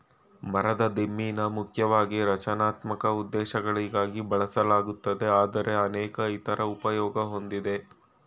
ಮರದ ದಿಮ್ಮಿನ ಮುಖ್ಯವಾಗಿ ರಚನಾತ್ಮಕ ಉದ್ದೇಶಗಳಿಗಾಗಿ ಬಳಸಲಾಗುತ್ತದೆ ಆದರೆ ಅನೇಕ ಇತರ ಉಪಯೋಗ ಹೊಂದಿದೆ